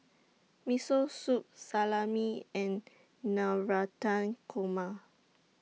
Miso Soup Salami and Navratan Korma